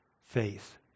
Faith